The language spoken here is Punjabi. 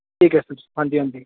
ਠੀਕ ਆ ਹਾਂਜੀ ਹਾਂਜੀ